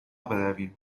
برویم